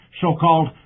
so-called